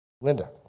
Linda